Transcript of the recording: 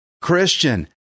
Christian